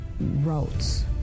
routes